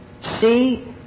see